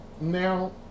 Now